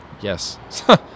Yes